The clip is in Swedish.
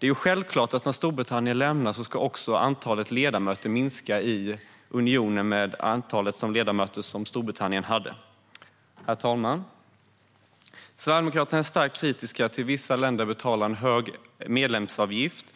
När Storbritannien lämnar ska antalet ledamöter i unionen självklart minska med antalet ledamöter som Storbritannien har haft. Herr talman! Sverigedemokraterna är starkt kritiska till att vissa länder betalar hög medlemsavgift